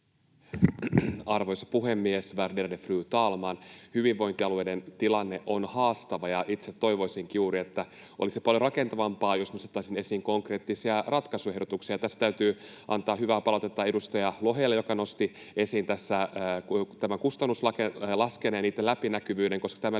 Arvoisa puhemies, värderade fru talman! Hyvinvointialueiden tilanne on haastava. Itse toivoisinkin juuri — se olisi paljon rakentavampaa — että nostettaisiin esiin konkreettisia ratkaisuehdotuksia. Tässä täytyy antaa hyvää palautetta edustaja Lohelle, joka nosti esiin tässä kustannuslaskelmat ja niitten läpinäkyvyyden, koska tämä